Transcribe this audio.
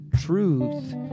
truth